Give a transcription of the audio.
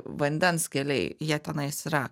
vandens keliai jie tenais yra